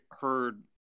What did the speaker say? heard